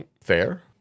Fair